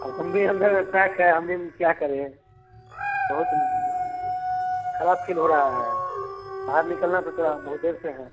अब कुंडी अंदर में पैक है हम जिन क्या करें बहुत खराब फील हो रहा है बाहर निकलना तो तो बहुत देर से हैं